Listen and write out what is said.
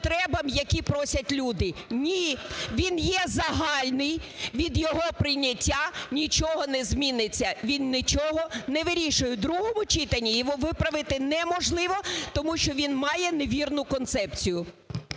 які просять люди? Ні. Він є загальний. Від його прийняття нічого не зміниться. Він нічого не вирішує. В другому читанні його виправити неможливо, тому що він має невірну концепцію.